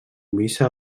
missa